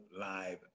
live